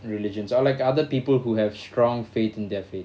religions or like other people who have strong faith in their view